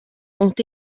ont